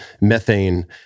methane